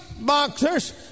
boxers